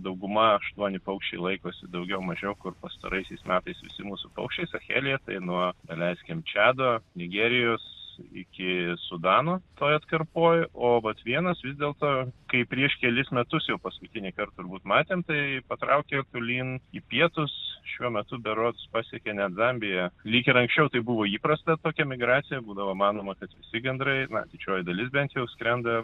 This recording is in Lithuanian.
dauguma aštuoni paukščiai laikosi daugiau mažiau kur pastaraisiais metais visi mūsų paukščiai sachelija tai nuo daleiskim čado nigerijos iki sudano toj atkarpoj o vat vienas vis dėlto kai prieš kelis metus jau paskutinįkart turbūt matėm tai patraukė tolyn į pietus šiuo metu berods pasiekė net zambiją lyg ir anksčiau tai buvo įprasta tokia migracija būdavo manoma kad visi gandrai na didžioji dalis bent jau skrenda